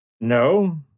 No